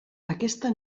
aquesta